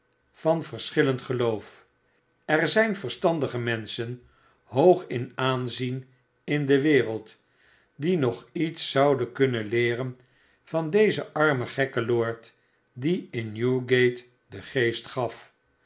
van verschillend geloof er zijn verstandige menschen hoog in aanzien in de wereld die nog iets zouden kunnen leeren van dezen armen gekken lord die in newgate den geest gaf